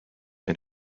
and